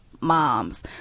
moms